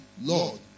Lord